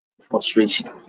frustration